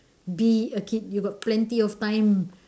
be a kid you got plenty of time